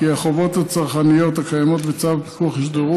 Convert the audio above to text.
כי החובות הצרכניות הקיימות בצו הפיקוח יוסדרו